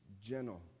gentle